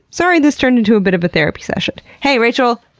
sorry this turned into a bit of a therapy session! hey, rachel!